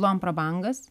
luang prabangas